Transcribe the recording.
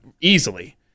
easily